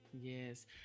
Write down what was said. Yes